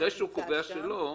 אחרי שהוא קובע שלא,